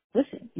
Listen